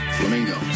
Flamingo